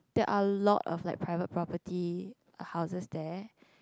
that are lot of like private property houses there